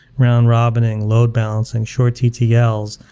round robining, load-balancing, short ttls.